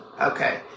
okay